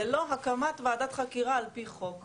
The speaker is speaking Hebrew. ללא הקמת ועדת חקירה על פי חוק.